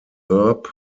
herb